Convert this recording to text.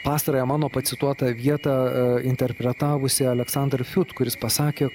pastarąją mano pacituotą vietą interpretavusį aleksandrą fiut kuris pasakė